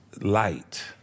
light